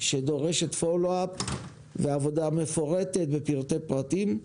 שדורש פולו-אפ ועבודה מפורטת ופרטי פרטים,